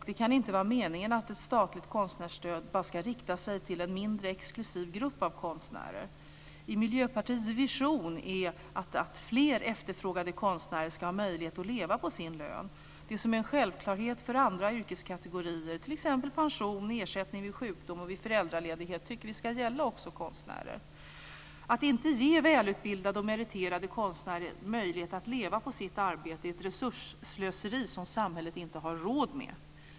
Det kan inte vara meningen att ett statligt konstnärsstöd bara ska rikta sig till en mindre, exklusiv grupp av konstnärer. Miljöpartiets vision är att fler efterfrågade konstnärer ska ha möjlighet att leva på sin lön. Det som är en självklarhet för andra yrkeskategorier, t.ex. pension och ersättning vid sjukdom och vid föräldraledighet, tycker vi ska gälla också konstnärer. Att inte ge välutbildade och meriterade konstnärer möjlighet att leva på sitt arbete är ett resursslöseri som samhället inte har råd med.